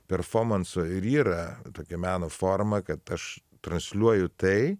performanso ir yra tokia meno forma kad aš transliuoju tai